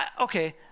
Okay